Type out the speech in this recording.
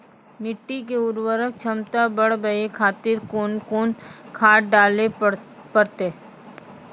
मिट्टी के उर्वरक छमता बढबय खातिर कोंन कोंन खाद डाले परतै?